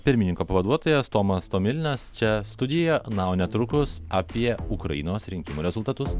pirmininko pavaduotojas tomas tomilinas čia studijoje na o netrukus apie ukrainos rinkimų rezultatus